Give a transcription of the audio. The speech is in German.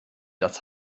das